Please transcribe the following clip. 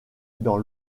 dans